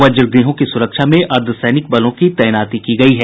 वजगृहों की सुरक्षा अर्द्धसैनिक बलों की तैनाती की गयी है